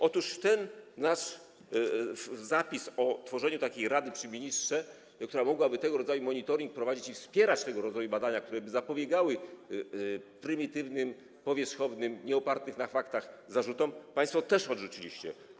Otóż ten nasz zapis o tworzeniu takiej rady przy ministrze, która mogłaby tego rodzaju monitoring prowadzić i wspierać tego rodzaju badania, które by zapobiegały prymitywnym, powierzchownym, nieopartym na faktach zarzutom, państwo też odrzuciliście.